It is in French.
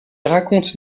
raconte